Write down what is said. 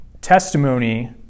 testimony